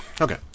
Okay